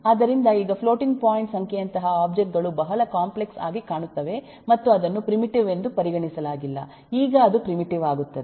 ಆದ್ದರಿಂದ ಈಗ floating point ಸಂಖ್ಯೆಯಂತಹ ಒಬ್ಜೆಕ್ಟ್ ಗಳು ಬಹಳ ಕಾಂಪ್ಲೆಕ್ಸ್ ಆಗಿ ಕಾಣುತ್ತವೆ ಮತ್ತು ಅದನ್ನು ಪ್ರಿಮಿಟಿವ್ ಎಂದು ಪರಿಗಣಿಸಲಾಗಿಲ್ಲ ಈಗ ಅದು ಪ್ರಿಮಿಟಿವ್ ಆಗುತ್ತದೆ